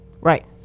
Right